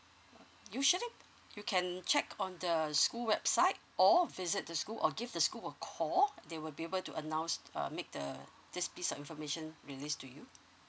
usually you can check on the school website or visit the school or give the school a call they will be able to announce err make the this piece of information release to you